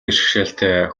бэрхшээлтэй